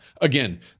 Again